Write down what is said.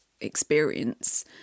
experience